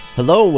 Hello